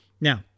Now